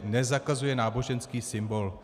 Nezakazuje náboženský symbol.